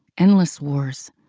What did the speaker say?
endless wars,